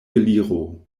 gliro